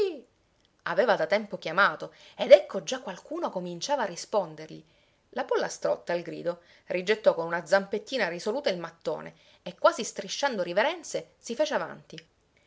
aveva da tempo chiamato ed ecco già qualcuno cominciava a rispondergli la pollastrotta al grido rigettò con una zampettina risoluta il mattone e quasi strisciando riverenze si fece avanti